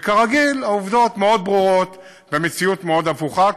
וכרגיל העובדות מאוד ברורות והמציאות מאוד הפוכה,